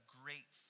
great